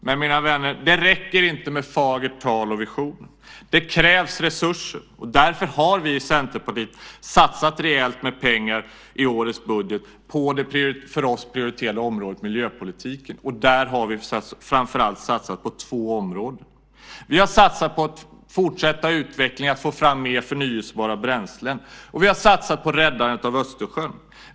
Men, mina vänner, det räcker inte med fagert tal och visioner. Det krävs resurser. Därför har vi i Centerpartiet satsat rejält med pengar i årets budget på det för oss prioriterade området miljöpolitik, och där har vi framför allt satsat på två områden. Vi har satsat på att fortsätta utvecklingen för att få fram mer förnybara bränslen och vi har satsat på räddandet av Östersjön.